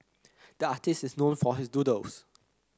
the artist is known for his doodles